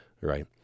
right